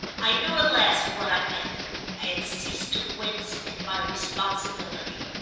i knew at last what i meant i had ceased to wince at my responsibility.